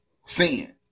sin